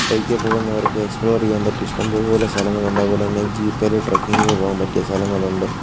ബൈക്കിൽ പോകുന്നവർക്ക് എക്സ്പ്ലോർ ചെയ്യാൻ പറ്റിയ ഇഷ്ടംപോലെ സ്ഥലങ്ങളുണ്ട് അതുപോലെ തന്നെ ജീപ്പിൽ ട്രെക്കിങ്ങിനു പോകാൻ പറ്റിയ സ്ഥലങ്ങളുണ്ട്